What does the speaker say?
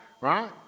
right